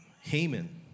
Haman